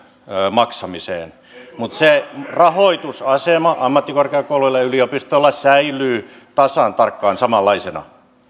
maksamiseen mutta se rahoitusasema ammattikorkeakouluilla ja yliopistoilla säilyy tasan tarkkaan samanlaisena